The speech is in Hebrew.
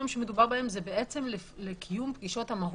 שמדובר בהם זה לקיום פגישות המהו"ת.